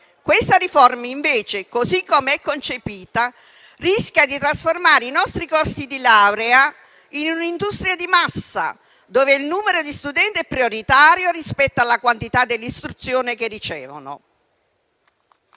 Questa riforma, invece, così come è concepita, rischia di trasformare i nostri corsi di laurea in un'industria di massa, dove il numero di studenti è prioritario rispetto alla qualità dell'istruzione che ricevono.